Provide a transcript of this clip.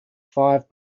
five